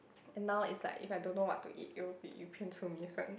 and now is like if I don't know what to eat it will be 鱼片粗米粉